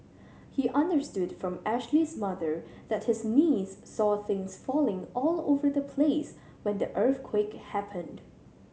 he understood from Ashley's mother that his niece saw things falling all over the place when the earthquake happened